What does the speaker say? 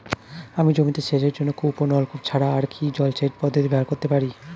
আমি জমিতে সেচের জন্য কূপ ও নলকূপ ছাড়া আর কি জলসেচ পদ্ধতি ব্যবহার করতে পারি?